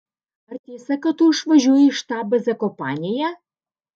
ar tiesa kad tu išvažiuoji į štabą zakopanėje